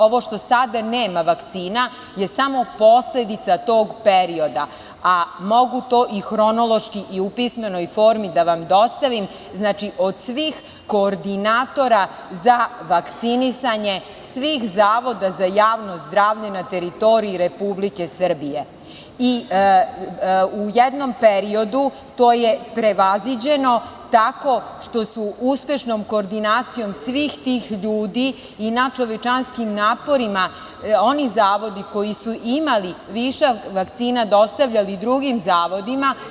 Ovo što sada nema vakcina je samo posledica tog perioda, a mogu to i hronološki i pismenoj formi da vam dostavim od svih koordinatora za vakcinisanje svih zavoda za javno zdravlje na teritoriji Republike Srbije i u jednom periodu to je prevaziđeno tako što su uspešnom koordinacijom svih tih ljudi i nadčovečanskim naporima oni zavodi koji su imali višak vakcina dostavljali drugim zavodima.